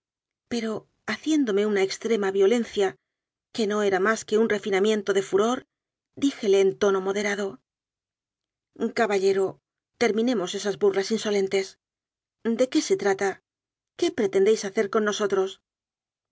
pero haciéndome una extrema violencia que no era más que un refina miento de furor díjele en tono moderado ca ballero terminemos esas burlas insolentes de qué se trata qué pretendéis hacer con nos